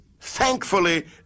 thankfully